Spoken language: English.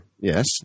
Yes